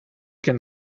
can